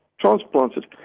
transplanted